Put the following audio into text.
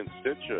Stitcher